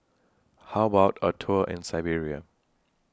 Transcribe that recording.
How about A Tour in Siberia